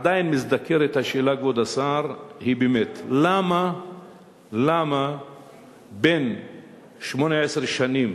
עדיין מזדקרת השאלה, כבוד השר: למה בן 18 שנים